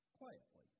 quietly